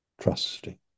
Trusting